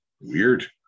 weird